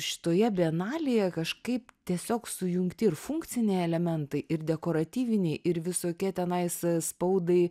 šitoje bienalėje kažkaip tiesiog sujungti ir funkciniai elementai ir dekoratyviniai ir visokie tenais spaudai